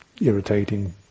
Irritating